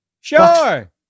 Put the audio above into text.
Sure